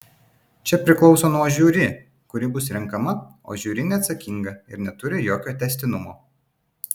čia priklauso nuo žiuri kuri bus renkama o žiuri neatsakinga ir neturi jokio tęstinumo